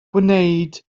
gwneud